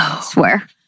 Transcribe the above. Swear